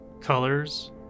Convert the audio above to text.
Colors